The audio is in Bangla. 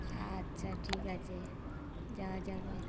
আচ্ছা ঠিক আছে যাওয়া যাবে